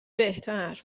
بهتر